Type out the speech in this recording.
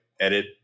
edit